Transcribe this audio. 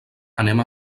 anem